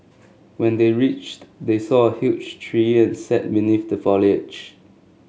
when they reached they saw a huge tree and sat beneath the foliage